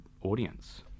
audience